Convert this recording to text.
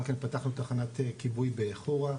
גם כן פתחנו תחנת כיבוי בחורה,